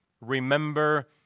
remember